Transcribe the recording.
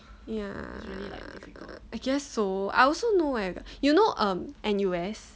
ya I guess so I also know eh you know um N_U_S